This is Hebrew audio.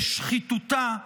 בשחיתותה,